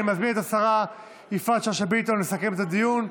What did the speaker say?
אני מזמין את השרה יפעת שאשא ביטון לסכם את הדיון,